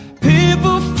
people